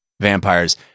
Vampires